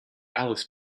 alice